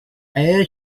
air